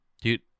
dude